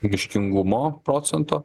miškingumo procento